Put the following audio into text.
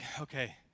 okay